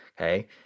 okay